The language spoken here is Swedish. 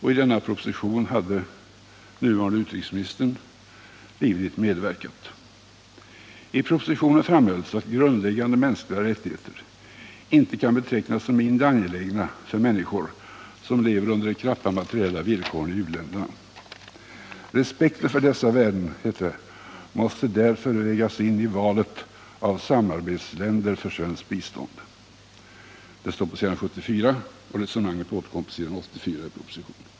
I denna proposition hade den nuvarande utrikesministern livligt medverkat. I propositionen framhölls att grundläggande mänskliga rättigheter inte kan betraktas som mindre angelägna för människor som lever under de knappa materiella villkoren i uländerna. Respekten för dessa värden, hette det, måste därför vägas in i valet av samarbetsländer för svenskt bistånd. Det står på s. 73 f., och resonemanget återkommer på s. 84 i propositionen.